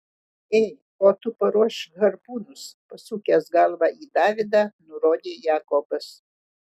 ei o tu paruošk harpūnus pasukęs galvą į davidą nurodė jakobas